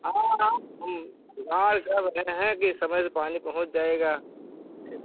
हाँ हाँ लाल सब देहे कि समय स पानी पहुँच जाएगा चलि